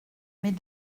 mais